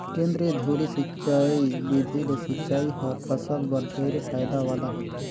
केंद्रीय धुरी सिंचई बिधि ले सिंचई हर फसल बर ढेरे फायदा वाला होथे